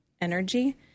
energy